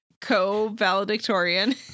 co-valedictorian